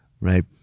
Right